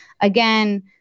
Again